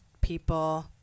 people